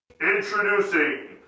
Introducing